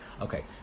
okay